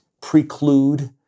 preclude